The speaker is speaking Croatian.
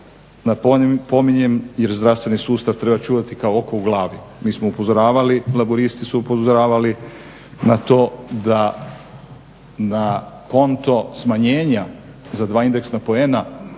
napominjem jer zdravstveni sustav treba čuvati kao oko u glavi. Mi smo upozoravali, Laburisti su upozoravali na to da na konto smanjenja za dva indeksna poena